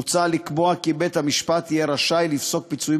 מוצע לקבוע כי בית-המשפט יהיה רשאי לפסוק פיצויים